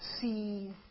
see